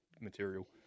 material